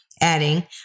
adding